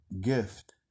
gift